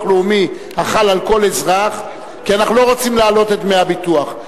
לאומי החל על כל אזרח כי אנחנו לא רוצים להעלות את דמי הביטוח,